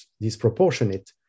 disproportionate